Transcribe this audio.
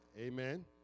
amen